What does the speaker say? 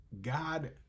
God